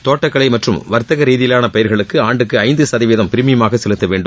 தோட்டக் கலை மற்றும் வர்த்தக ரீதியிலான பயிர்களுக்கு ஆண்டுக்கு ஐந்து சதவீதம் பிரீமியமாக செலுத்த வேண்டும்